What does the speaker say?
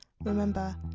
Remember